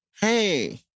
Hey